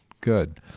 good